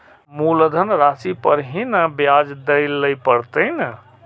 मुलधन राशि पर ही नै ब्याज दै लै परतें ने?